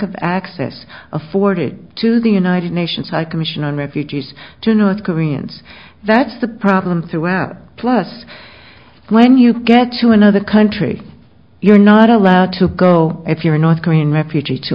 of access afforded to the united nations high commission on refugees to north koreans that's the problem throughout plus when you get to another country you're not allowed to go if you're a north korean refugee to